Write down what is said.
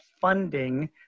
funding